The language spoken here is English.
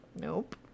Nope